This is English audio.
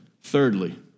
Thirdly